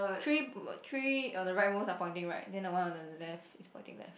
three b~ three on the right most are pointing right then the one on the left is pointing left